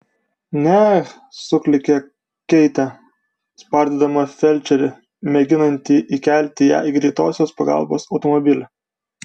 neh suklykė keitė spardydama felčerį mėginantį įkelti ją į greitosios pagalbos automobilį